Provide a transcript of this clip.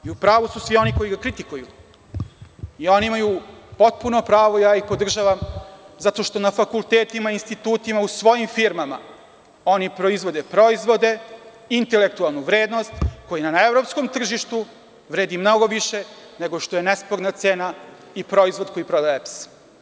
I u pravu su svi oni koji ga kritikuju i oni imaju potpuno pravo, ja ih podržavam, zato što na fakultetima, institutima, u svojim firmama oni proizvode proizvode, intelektualnu vrednost koji na evropskom tržištu vredi mnogo više nego što je nesporna cena i proizvod koji prodaje EPS.